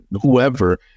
whoever